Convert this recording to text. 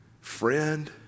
friend